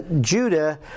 Judah